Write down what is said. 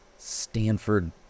stanford